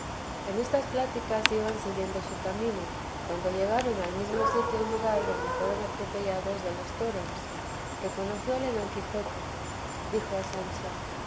en estas pláticas iban siguiendo su camino cuando llegaron al mesmo sitio y lugar donde fueron atropellados de los toros reconocióle don quijote dijo a sancho